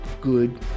good